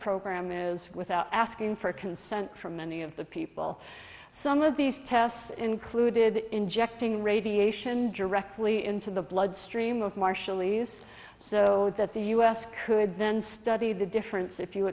program is without asking for consent from many of the people some of these tests included injecting radiation directly into the bloodstream of marshallese so that the u s could then study the difference if you